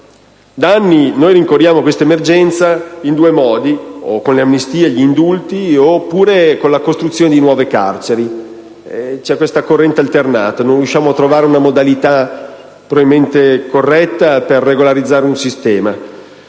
Da anni rincorriamo questa emergenza in due modi: o con le amnistie e gli indulti o con la costruzione di nuove carceri. C'è questa corrente alternata. Non riusciamo probabilmente a trovare una modalità corretta per regolarizzare un sistema.